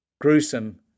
gruesome